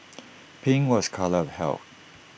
pink was colour of health